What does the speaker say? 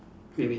wait wait